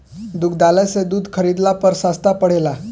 दुग्धालय से दूध खरीदला पर सस्ता पड़ेला?